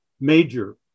major